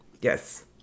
Yes